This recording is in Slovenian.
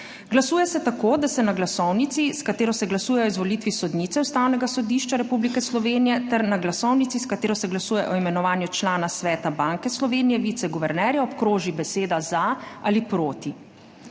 Glasuje se tako, da se na glasovnici, s katero se glasuje o izvolitvi sodnice Ustavnega sodišča Republike Slovenije, ter na glasovnici, s katero se glasuje o imenovanju člana Sveta Banke Slovenije - viceguvernerja, obkroži beseda za ali proti.